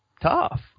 tough